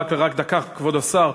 רק דקה, כבוד השר.